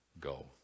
go